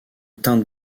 teinte